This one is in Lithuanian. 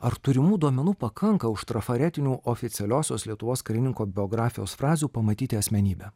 ar turimų duomenų pakanka už trafaretinių oficialiosios lietuvos karininko biografijos frazių pamatyti asmenybę